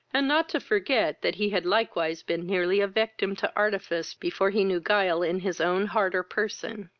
and not to forget that he had likewise been nearly a victim to artifice before he knew guile in his own heart or person.